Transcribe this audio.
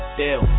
deal